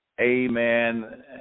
amen